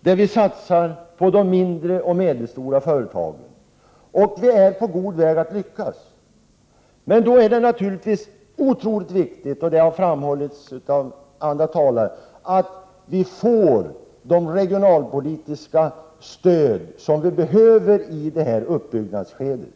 där vi satsar på de mindre och medelstora företagen. Vi är på god väg att lyckas. Men då är det naturligtvis otroligt viktigt — det har också framhållits av andra talare — att vi får det regionalpolitiska stöd vi behöver i detta uppbyggnadsskede.